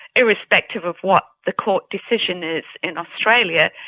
irrespective of what the court decision is in australia,